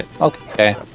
okay